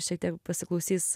šiek tiek pasiklausys